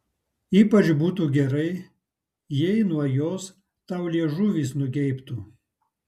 ypač būtų gerai jei nuo jos tau liežuvis nugeibtų